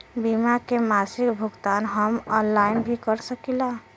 बीमा के मासिक भुगतान हम ऑनलाइन भी कर सकीला?